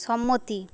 সম্মতি